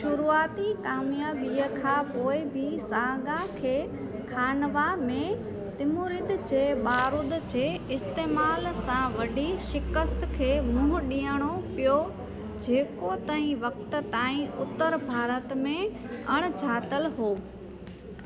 शुरूआती कामियाबीअ खां पोइ बि सांगा खे खानवा में तिमुरिद जे बारूद जे इस्तमालु सां वॾी शिक़स्त खे मुंहुं ॾियणो पियो जेको तंहिं वक़्त ताईं उतर भारत में अण ॼातलु हो